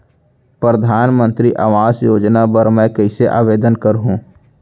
परधानमंतरी आवास योजना बर मैं कइसे आवेदन करहूँ?